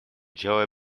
joe